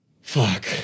fuck